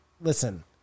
Listen